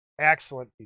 Excellent